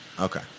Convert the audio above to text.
Okay